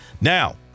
Now